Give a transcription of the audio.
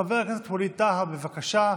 חבר הכנסת ווליד טאהא, בבקשה,